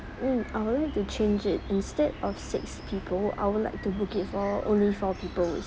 mm I would like to change it instead of six people I would like to book it for only four people